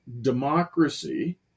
democracy